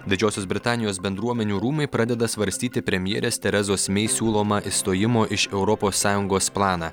didžiosios britanijos bendruomenių rūmai pradeda svarstyti premjerės terezos mei siūlomą išstojimo iš europos sąjungos planą